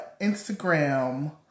Instagram